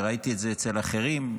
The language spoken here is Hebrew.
וראיתי את זה אצל אחרים,